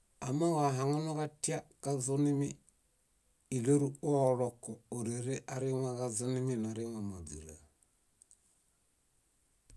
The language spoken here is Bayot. Amooġo ahaŋunuġatia kazunimi. Íɭeruooloko. Órere arĩwaġazunimi narĩwa máźira.